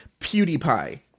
PewDiePie